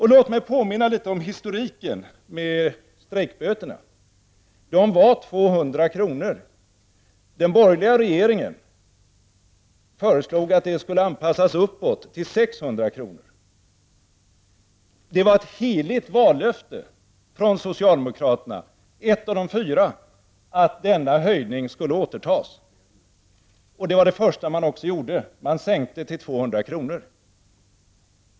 Låt mig påminna litet om historiken när det gäller strejkböterna. Böterna var tidigare 200 kr. Den dåvarande borgerliga regeringen föreslog att detta belopp skulle anpassas uppåt till 600 kr. Det var ett heligt vallöfte från socialdemokraterna, ett av de fyra, att denna höjning skulle återtas. Det var också det första man gjorde, man sänkte bötesbeloppet till 200 kr.